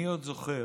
אני עוד זוכר